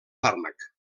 fàrmac